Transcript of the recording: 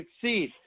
succeed